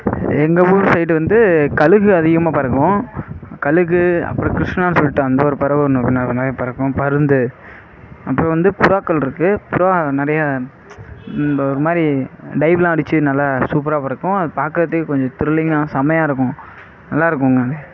எங்கள் ஊர் சைடு வந்து கழுகு அதிகமாக பறக்கும் கழுகு அப்புறம் கிருஷ்ணான்னு சொல்லிவிட்டு அந்த ஒரு பறவை ஒன்று பறக்கும் பருந்து அப்புறம் வந்து புறாக்கள் இருக்கு புறா நிறையா இந்த ஒரு மாதிரி டைவ்லாம் அடித்து நல்லா சூப்பராக பறக்கும் அது பாக்கிறதுக்கே கொஞ்சம் த்ரிலிங்காக செமையா இருக்கும் நல்லாயிருக்குங்க